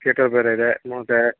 theatre ಬೇರೆಯಿದೆ ಮತ್ತೆ